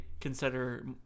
consider